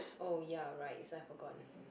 oh ya right is I forgot